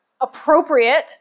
appropriate